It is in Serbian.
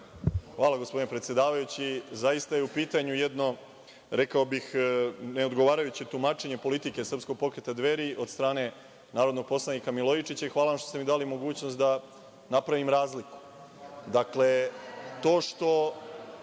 Hvala, gospodine predsedavajući. Zaista je u pitanju jedno, rekao bih, neodgovarajuće tumačenje politike Srpskog pokreta „Dveri“ od strane narodnog poslanika Milojičića. Hvala vam što ste mi dali mogućnost da napravim razliku. Dakle,